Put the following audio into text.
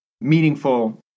meaningful